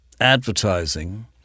advertising